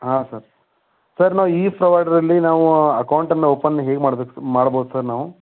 ಹಾಂ sir sir ನಾವು ಈ ಪ್ರವೈಡ್ರಲ್ಲಿ ನಾವು ಅಕೌಂಟನ್ನ ಓಪನ್ ಹೇಗೆ ಮಾಡ್ಬೇಕು ಮಾಡ್ಬೋದು ಸರ್ ನಾವು